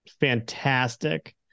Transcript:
fantastic